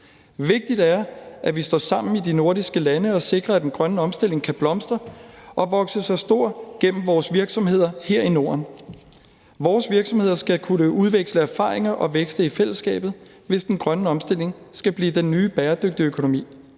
Vigtigt er det, at vi står sammen i de nordiske lande og sikrer, at den grønne omstilling kan blomstre og vokse sig stor gennem vores virksomheder her i Norden. Vores virksomheder skal kunne udveksle erfaringer og vækste i fællesskabet, hvis den grønne omstilling skal blive den nye bæredygtige økonomi.